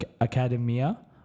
Academia